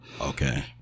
Okay